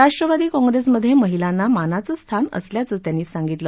राष्ट्रवादी काँग्रेसमधे महिलांना मानाचं स्थान असल्याचं त्यांनी सांगितलं